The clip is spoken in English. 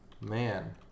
man